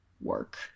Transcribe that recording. work